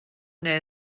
near